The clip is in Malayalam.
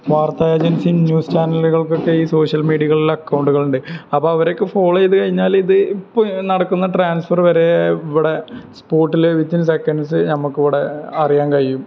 വാർത്താ ഏജന്സി ന്യൂസ് ചാനലുകൾക്കൊക്കെ ഈ സോഷ്യൽ മീഡിയകളിൽ അക്കൗണ്ടുകളുണ്ട് അപ്പോള് അവരെയൊക്കെ ഫോളോ ചെയ്തു കഴിഞ്ഞാൽ ഇത് ഇപ്പോള് നടക്കുന്ന ട്രാൻസ്ഫര് വരെ ഇവിടെ സ്പോട്ടിൽ വിതിന് സെക്കന്റ്സ് നമുക്കിവിടെ അറിയാൻ കഴിയും